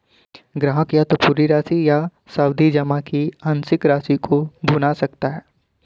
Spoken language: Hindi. ग्राहक या तो पूरी राशि या सावधि जमा की आंशिक राशि को भुना सकता है